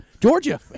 Georgia